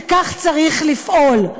שכך צריך לפעול.